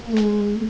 mm